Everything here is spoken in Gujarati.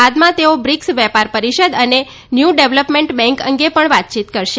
બાદમાં તેઓ બ્રિક્સ વેપાર પરિષદ અને ન્યૂ ડેવલપમેન્ટ બેન્ક અંગે પણ વાતચીત કરશે